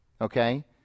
okay